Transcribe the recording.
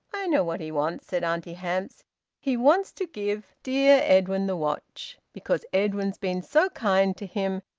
i know what he wants, said auntie hamps he wants to give dear edwin the watch, because edwin's been so kind to him,